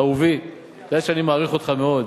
אהובי, אתה יודע שאני מעריך אותך מאוד,